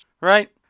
right